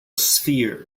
sphere